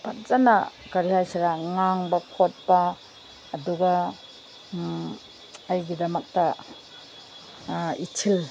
ꯐꯖꯅ ꯀꯔꯤ ꯍꯥꯏꯁꯤꯔꯥ ꯉꯥꯡꯕ ꯈꯣꯠꯄ ꯑꯗꯨꯒ ꯑꯩꯒꯤꯗꯃꯛꯇ ꯏꯊꯤꯜ